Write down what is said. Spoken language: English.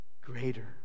greater